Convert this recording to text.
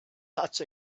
such